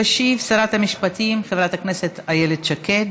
תשיב שרת המשפטים חברת הכנסת איילת שקד.